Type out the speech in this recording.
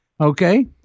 Okay